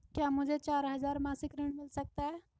क्या मुझे चार हजार मासिक ऋण मिल सकता है?